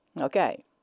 Okay